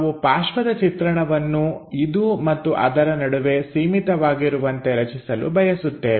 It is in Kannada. ನಾವು ಪಾರ್ಶ್ವದ ಚಿತ್ರಣವನ್ನು ಇದು ಮತ್ತು ಅದರ ನಡುವೆ ಸೀಮಿತವಾಗಿರುವಂತೆ ರಚಿಸಲು ಬಯಸುತ್ತೇವೆ